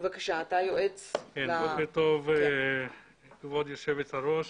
בוקר טוב כבוד יושבת הראש.